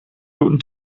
guten